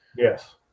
Yes